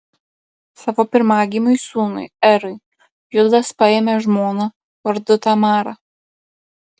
savo pirmagimiui sūnui erui judas paėmė žmoną vardu tamara